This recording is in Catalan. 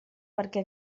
perquè